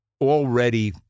already